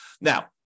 Now